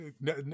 No